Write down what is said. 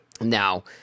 Now